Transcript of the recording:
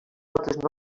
altres